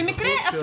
כן.